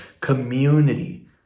community